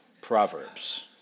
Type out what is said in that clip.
Proverbs